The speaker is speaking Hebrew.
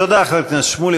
תודה, חבר הכנסת שמולי.